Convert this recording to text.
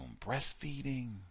breastfeeding